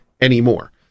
anymore